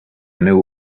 new